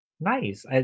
nice